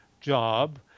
job